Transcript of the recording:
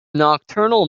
nocturnal